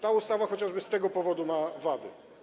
Ta ustawa chociażby z tego powodu ma wady.